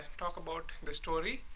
talk about the story.